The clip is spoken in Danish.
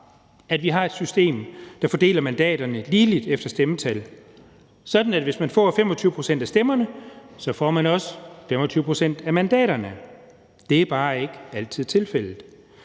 at vi har et system, der fordeler mandaterne ligeligt efter stemmetal sådan, at hvis man får 25 pct. af stemmerne, får man også 25 pct. af mandaterne. Det er bare ikke altid tilfældet.